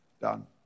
done